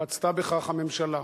רצתה בכך הממשלה.